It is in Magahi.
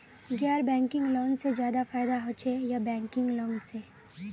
गैर बैंकिंग लोन से ज्यादा फायदा होचे या बैंकिंग लोन से?